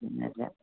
പിന്നല്ല